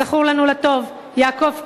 הזכור לנו לטוב, יעקב כץ,